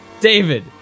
David